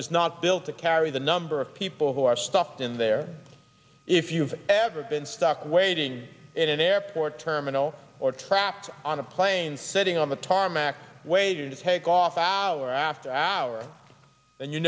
was not built to carry the number of people who are stuffed in there if you've ever been stuck waiting in an airport terminal or trapped on a plane sitting on the tarmac waiting to take off hour after hour and you